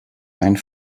einen